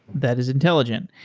that is intelligent.